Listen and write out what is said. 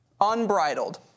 Unbridled